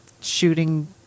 shooting